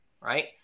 right